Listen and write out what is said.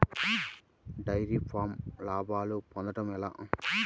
Dairy ఫామ్లో లాభాలు పొందడం ఎలా?